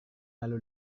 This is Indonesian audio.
lalu